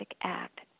act